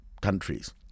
countries